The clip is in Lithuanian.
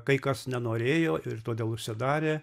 kai kas nenorėjo ir todėl užsidarė